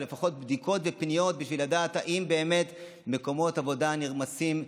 לפחות בדיקות ופניות בשביל לדעת אם באמת זכויות במקומות עבודה נרמסות.